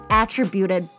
attributed